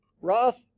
Roth